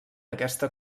aquesta